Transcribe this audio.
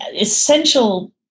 essential